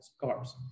cars